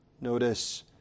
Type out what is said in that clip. Notice